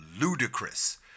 ludicrous